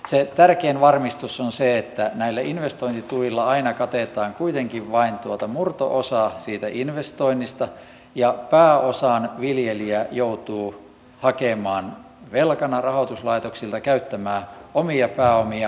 se tärkein varmistus on se että näillä investointituilla aina katetaan kuitenkin vain murto osa siitä investoinnista ja pääosan viljelijä joutuu hakemaan velkana rahoituslaitoksilta käyttämään omia pääomia